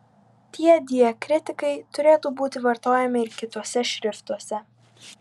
tie diakritikai turėtų būti vartojami ir kituose šriftuose